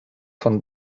von